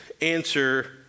answer